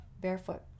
barefoot